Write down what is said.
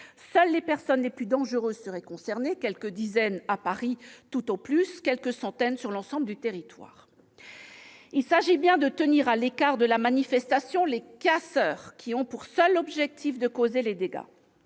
Seules les personnes les plus dangereuses seraient concernées, quelques dizaines à Paris, tout au plus quelques centaines sur l'ensemble du territoire. Il s'agit bien de tenir à l'écart de la manifestation les « casseurs », qui ont pour seul objectif de causer des dégâts.